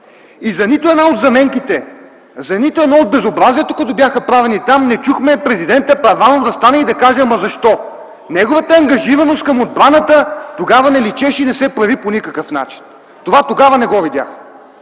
И за нито една от заменките, за нито едно от безобразията, които бяха правени там, не чухме президентът Първанов да стане и да каже: ама защо? Неговата ангажираност към отбраната тогава не личеше и не се прояви по никакъв начин. Това тогава не го видяхме.